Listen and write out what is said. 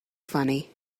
funny